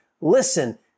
listen